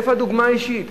איפה הדוגמה האישית?